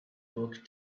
book